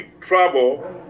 trouble